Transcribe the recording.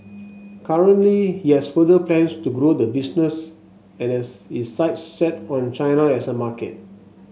currently he has further plans to grow the business and has his sights set on China as a market